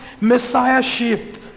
messiahship